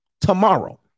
tomorrow